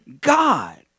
God